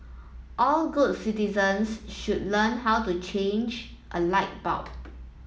all good citizens should learn how to change a light bulb